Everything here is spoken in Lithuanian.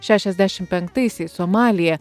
šešiasdešimt penktaisiais somalyje